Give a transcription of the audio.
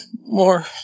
more